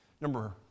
Number